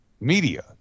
media